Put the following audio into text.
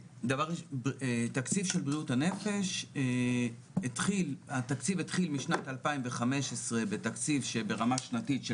תקציב של בריאות הנפש התחיל משנת 2015 בתקציב שברמה שנתית של